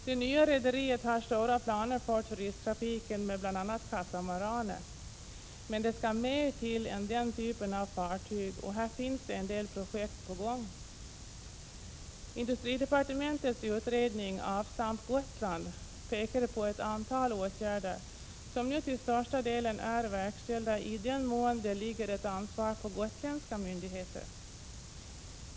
Det nya rederiet har stora planer för turisttrafiken med bl.a. katamaraner, men det skall mer till än den typen av fartyg, och här finns en del projekt på gång. Industridepartementets utredning Avstamp Gotland pekar på ett antal åtgärder som till största delen är verkställda i den mån ansvaret ligger på gotländska myndigheter.